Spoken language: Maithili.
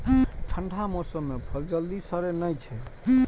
ठंढा मौसम मे फल जल्दी सड़ै नै छै